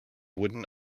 wooden